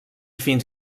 fins